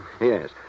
Yes